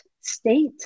state